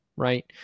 Right